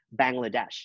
Bangladesh